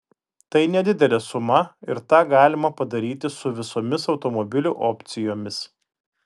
tai nedidelė suma ir tą galima padaryti su visomis automobilių opcijomis